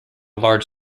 large